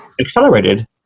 accelerated